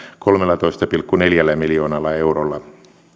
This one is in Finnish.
kolmellatoista pilkku neljällä miljoonalla eurolla